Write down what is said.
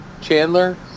Chandler